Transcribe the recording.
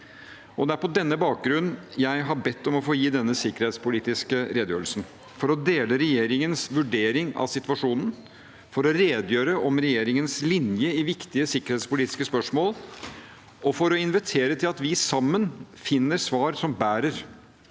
Det er på denne bakgrunn jeg har bedt om å få gi denne sikkerhetspolitiske redegjørelsen – for å dele regjeringens vurdering av situasjonen, for å redegjøre for regjeringens linje i viktige sikkerhetspolitiske spørsmål, og for å invitere til at vi sammen, på tvers av